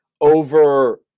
over –